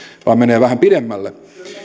vaan menee vähän pidemmälle